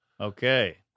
Okay